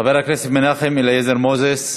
חבר הכנסת מנחם אליעזר מוזס,